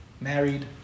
married